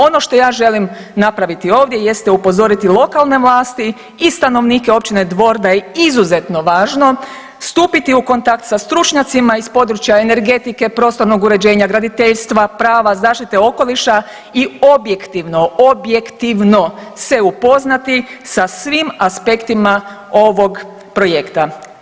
Ono što ja želim napraviti ovdje jeste upozoriti lokalne vlasti i stanovnike općine Dvor da je izuzetno važno stupiti u kontakt sa stručnjacima iz područja energetike, prostornog uređenja, graditeljstva, prava, zaštite okoliša i objektivno, objektivno se upoznati sa svim aspektima ovog projekta.